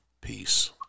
Peace